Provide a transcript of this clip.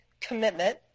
commitment